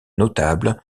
notables